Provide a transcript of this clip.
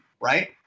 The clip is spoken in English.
right